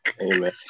Amen